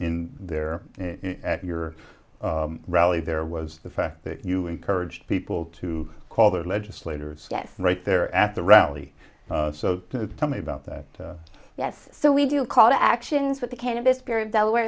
in there at your rally there was the fact that you encourage people to call their legislators yes right there at the rally so tell me about that yes so we do call the actions that the candidates period delaware